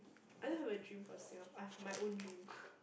I don't have a dream for Singapore I have my own dream